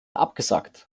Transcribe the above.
abgesagt